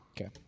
Okay